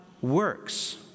works